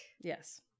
Yes